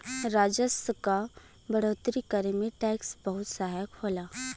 राजस्व क बढ़ोतरी करे में टैक्स बहुत सहायक होला